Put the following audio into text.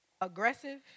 aggressive